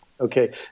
Okay